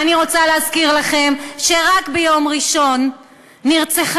ואני רוצה להזכיר לכם שרק ביום ראשון נרצחה